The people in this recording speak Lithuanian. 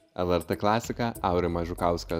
lrt klasika aurimas žukauskas